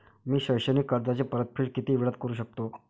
मी शैक्षणिक कर्जाची परतफेड किती वेळात करू शकतो